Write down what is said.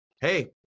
Hey